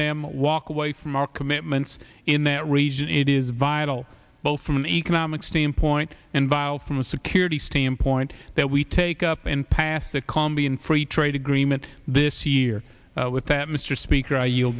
them walk away from our commitments in that region it is vital both from an economic standpoint and bille from a security standpoint that we take up and pass the colombian free trade agreement this year with that mr speaker